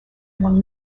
among